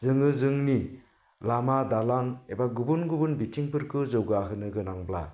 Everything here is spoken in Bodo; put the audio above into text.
जोङो जोंनि लामा दालां एबा गुबुन गुबुन बिथिंफोरखौ जौगाहोनो गोनांब्ला